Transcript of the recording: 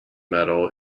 metal